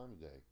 today